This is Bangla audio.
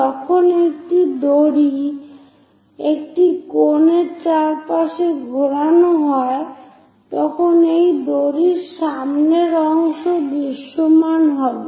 যখন একটি দড়ি একটি কোন এর চারপাশে ঘুরানো হয় তখন সেই দড়ির সামনের অংশ দৃশ্যমান হবে